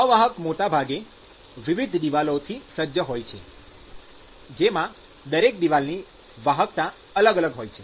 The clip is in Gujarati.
અવાહક મોટા ભાગે વિવિધ દિવાલોથી સજ્જ હોય છે જેમાં દરેક દિવાલની વાહકતા અલગ હોય છે